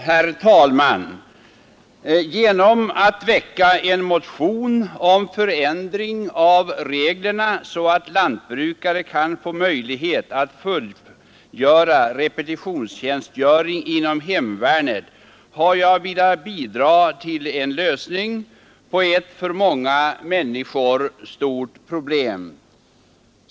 Herr talman! Genom att väcka en motion om förändring av reglerna så att lantbrukare kan få möjlighet att fullgöra repetitionstjänstgöring inom hemvärnet har jag velat bidraga till en lösning på ett för många människor stort problem.